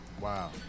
Wow